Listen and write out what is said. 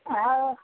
आओर